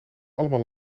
allemaal